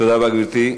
תודה רבה, גברתי.